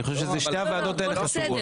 אני חושב ששתי הוועדות האלה חשובות.